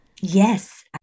Yes